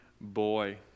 boy